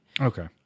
Okay